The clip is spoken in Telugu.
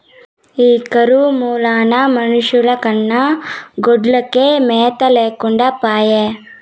ఈ కరువు మూలాన మనుషుల కన్నా గొడ్లకే మేత లేకుండా పాయె